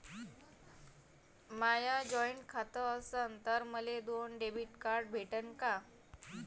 माय joint खातं असन तर मले दोन डेबिट कार्ड भेटन का?